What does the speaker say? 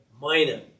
Minor